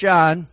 John